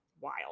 Wild